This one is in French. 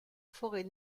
forêt